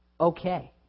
okay